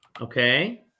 okay